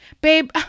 babe